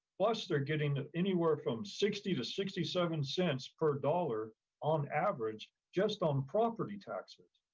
plus they're getting anywhere from sixty to sixty seven cents per dollar on average, just on property taxes.